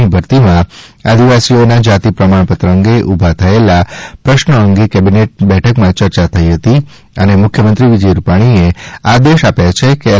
ની ભરતીમાં આદિવાસીઓના જાતિ પ્રમાણપત્ર અંગે ઉભા થયેલા પ્રશ્નો અંગે કૅબિનેટ બેઠકમાં ચર્ચા થઈ હતી અને મુખ્યમંત્રી વિજય રૂપાણી એ આદેશ આપ્યા છે કે એલ